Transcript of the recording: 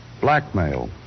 Blackmail